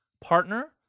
partner